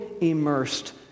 immersed